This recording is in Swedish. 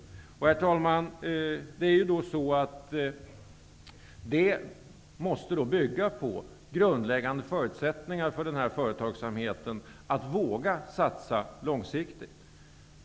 Herr talman! Detta måste bygga på den grundläggande förutsättningen att företagsamheten vågar satsa långsiktigt.